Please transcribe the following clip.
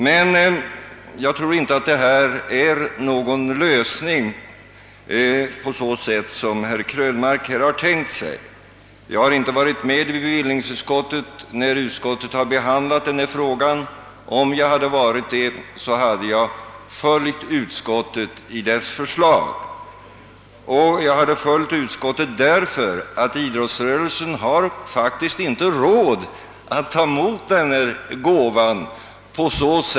Jag tror emellertid inte att ett genomförande av förslaget skulle innebära en lösning på det sätt som herr Krönmark har tänkt sig. Jag var inte närvarande i bevillningsutskottet när denna fråga behandlades, men om jag hade varit det hade jag biträtt utskottets förslag. Idrottsrörelsen har faktiskt inte råd att ta emot denna gåva.